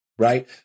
Right